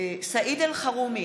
סעיד אלחרומי,